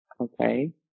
okay